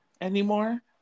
Anymore